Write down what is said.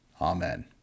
Amen